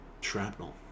shrapnel